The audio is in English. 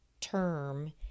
term